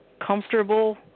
comfortable